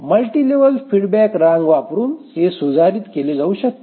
multi level feedback रांग वापरून हे सुधारित केले जाऊ शकते